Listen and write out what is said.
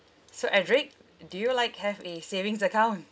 so edrick do you like have a savings account